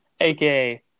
aka